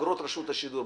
אגרות רשות השידור.